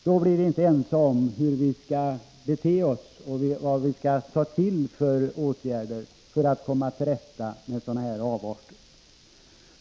Då är vi inte ense om vad vi skall ta till för åtgärder för att komma till rätta med sådana här missförhållanden.